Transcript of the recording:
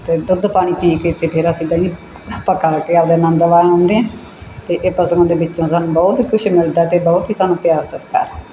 ਅਤੇ ਦੁੱਧ ਪਾਣੀ ਪੀ ਕੇ ਅਤੇ ਫਿਰ ਅਸੀਂ ਪਹਿਲੀ ਕੇ ਆਪਣਾ ਆਨੰਦ ਮਾਣਦੇ ਹਾਂ ਅਤੇ ਇਹ ਪਸ਼ੂਆਂ ਦੇ ਵਿੱਚੋਂ ਸਾਨੂੰ ਬਹੁਤ ਕੁਛ ਮਿਲਦਾ ਅਤੇ ਬਹੁਤ ਹੀ ਸਾਨੂੰ ਪਿਆਰ ਸਤਿਕਾਰ ਆ